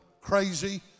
crazy